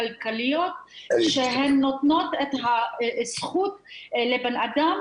כלכליות שהן נותנות את הזכות לבן אדם